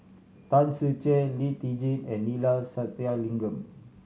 Tan Ser Cher Lee Tjin and Neila Sathyalingam